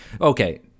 okay